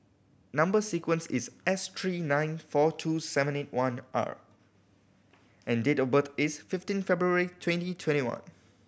number sequence is S three nine four two seven eight one R and date of birth is fifteen February twenty twenty one